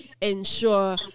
ensure